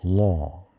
long